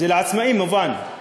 זה לעצמאים, מובן,